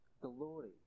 glory